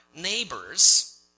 neighbors